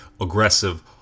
aggressive